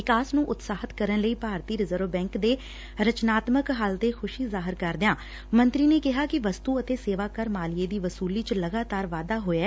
ਵਿਕਾਸ ਨੰ ਉਤਸ਼ਾਹਿਤ ਕਰਨ ਲਈ ਭਾਰਤੀ ਰਿਜ਼ਰਵ ਬੈਂਕ ਦੇ ਰਚਨਾਤਮਕ ਹੱਲ ਤੇ ਖੁਸ਼ੀ ਜ਼ਾਹਿਰ ਕਰਦਿਆਂ ਮੰਤਰੀ ਨੇ ਕਿਹਾ ਕਿ ਵਸਂਤੁ ਅਤੇ ਸੇਵਾ ਕਰ ਮਾਲੀਏ ਦੀ ਵਸੁਲੀ ਚ ਲਗਾਤਾਰ ਵਾਧਾ ਹੋਇਆ